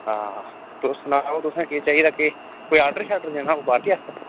हां तुस सनाओ तुसें केह् चाहिदा के कोई आर्डर शाडर देना पार्टी आस्तै